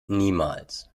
niemals